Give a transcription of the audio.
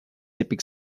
epic